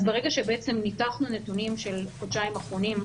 אז ברגע שניתחנו את הנתונים של החודשיים האחרונים,